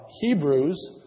Hebrews